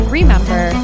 remember